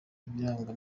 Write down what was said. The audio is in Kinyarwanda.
ibiranga